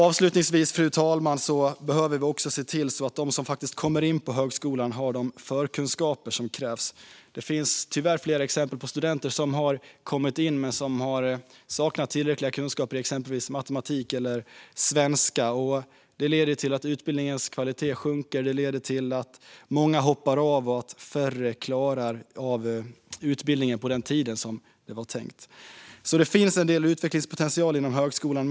Avslutningsvis, fru talman, behöver vi också se till att de som kommer in på högskolan har de förkunskaper som krävs. Det finns tyvärr flera exempel på studenter som har kommit in men som saknar tillräckliga kunskaper i exempelvis matematik eller svenska. Det leder till att utbildningens kvalitet sjunker, till att många hoppar av och till att färre klarar av utbildningen på den tid som det var tänkt. Det finns alltså en del utvecklingspotential inom högskolan.